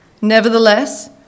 Nevertheless